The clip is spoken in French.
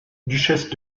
duchesse